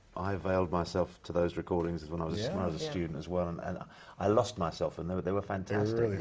i availed myself to those recordings, is when i, yeah when i was a student, as well. and and i lost myself and they were, they were fantastic.